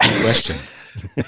question